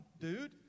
dude